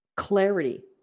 clarity